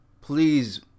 Please